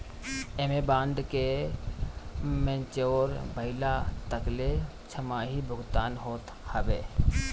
एमे बांड के मेच्योर भइला तकले छमाही भुगतान होत हवे